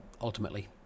ultimately